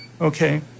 okay